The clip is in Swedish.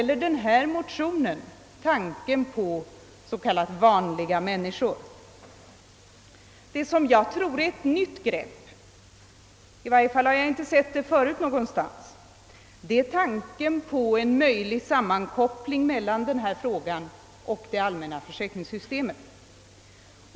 Vår motion avser också framför allt vanliga människor. Det som kanske är ett nytt grepp — i varje fall har jag inte sett det någonstans förut — är tanken på en möjlig sammankoppling mellan en sabbatsledighet och det allmänna försäkringssystemet.